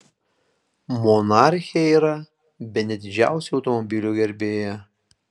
monarchė yra bene didžiausia automobilių gerbėja